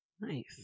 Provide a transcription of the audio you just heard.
Nice